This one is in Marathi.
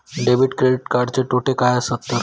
डेबिट आणि क्रेडिट कार्डचे तोटे काय आसत तर?